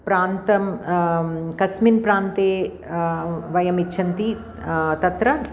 प्रान्तं कस्मिन् प्रान्ते वयमिच्छन्ति तत्र